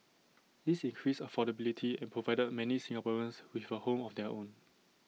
this increased affordability and provided many Singaporeans with A home of their own